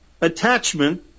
attachment